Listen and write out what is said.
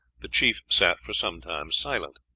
the chief sat for some time silent.